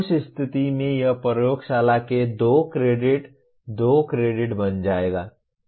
उस स्थिति में यह प्रयोगशाला के 2 क्रेडिट 2 क्रेडिट बन जाएगा